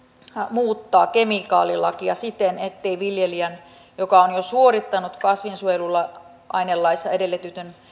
muuttaa kemikaalilakia siten ettei viljelijän joka on jo suorittanut kasvinsuojeluainelaissa edellytetyn